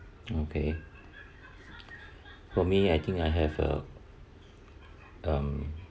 okay for me I think I have a um